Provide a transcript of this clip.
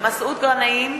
מסעוד גנאים,